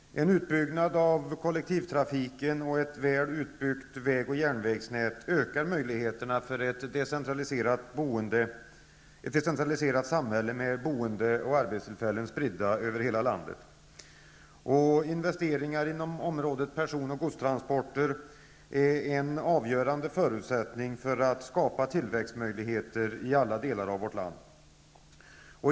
En utbyggnad av kollektivtrafiken och ett väl utbyggt väg och järnvägsnät ökar möjligheterna för ett decentraliserat samhälle med boende och arbetstillfällen spridda över hela landet. Investeringar inom området person och godstransporter är en avgörande förutsättning för att skapa tillväxtmöjligheter i alla delar av vårt land.